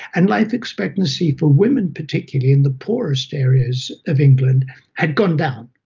and life expectancy for women particularly in the poorest areas of england had gone down.